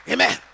Amen